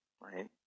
right